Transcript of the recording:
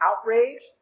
outraged